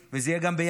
וזה יהיה גם ביפו,